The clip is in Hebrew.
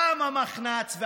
פעם המחנ"צ.